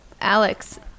Alex